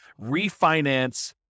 refinance